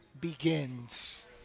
begins